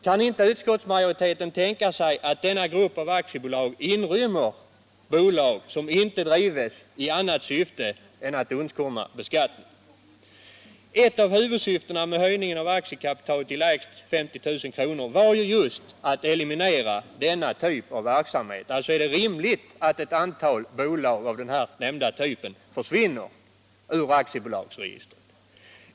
Kan inte utskottsmajoriteten tänka sig att denna grupp av aktiebolag inrymmer bolag som inte drivs i annat syfte än att undkomma beskattning? Ett av huvudsyftena med höjningen av aktiekapitalet till lägst 50 000 kr. var just att eliminera denna typ av verksamhet; alltså är det rimligt att ett antal bolag av den här nämnda typen försvinner ur aktiebolagsregistret.